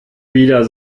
wieder